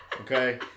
Okay